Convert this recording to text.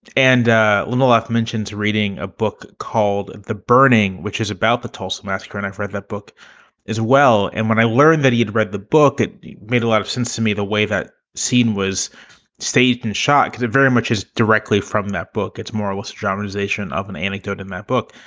and linda letha mentions reading a book called the burning, which is about the tulsa massacre. and i've read that book as well. and when i learned that he had read the book, it made a lot of sense to me. the way that scene was staged and shot at it very much is directly from that book. it's more or less a dramatization of an anecdote in my book.